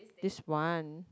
this one